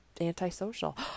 antisocial